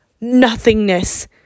nothingness